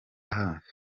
hafi